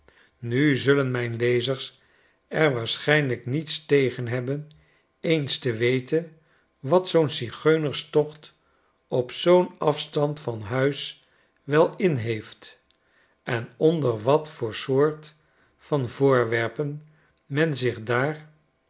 nu zullen my n lezers er waarschijnlijk niets tegen hebben eens te weten wat zoo'n zigeunerstocht op zoo'n afstand van huis wel inheeft en onder wat voor soort van voorwerpen men zich daar